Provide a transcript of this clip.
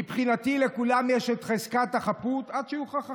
מבחינתי, לכולם יש את חזקת החפות עד שיוכח אחרת.